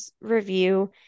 review